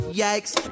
yikes